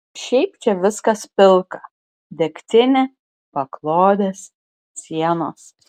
šiaip čia viskas pilka degtinė paklodės sienos